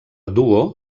duo